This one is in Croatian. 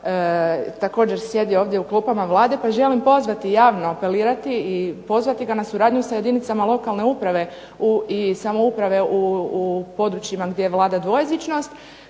također sjedi ovdje u klupama Vlade, pa želim pozvati i javno apelirati i pozvati ga na suradnju sa jedinicama lokalne uprave i samouprave u područjima gdje vlada dvojezičnost